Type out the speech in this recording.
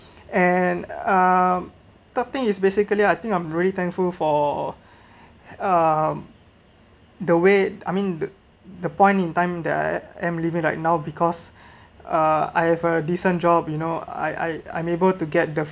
and uh third thing is basically I think I'm really thankful for um the way I mean the the point in time that I am living right now because uh I have a decent job you know I I I'm able to get the